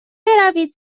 بروید